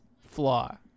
flaw